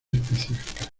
específica